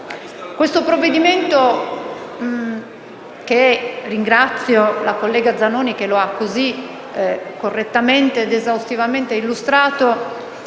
Questo provvedimento - e ringrazio la collega Zanoni per averlo così correttamente ed esaustivamente illustrato